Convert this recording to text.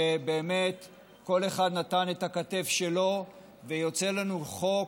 שבאמת כל אחד נתן את הכתף שלו, ויוצא לנו חוק